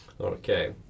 Okay